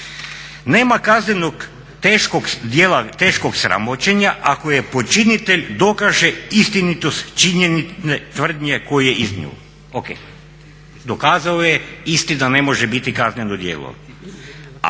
teškog djela teškog sramoćenja ako počinitelj dokaže istinitost činjenične tvrdnje koje je iznio. O.k. dokazao je isti da ne može biti kazneno djelo.